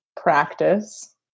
practice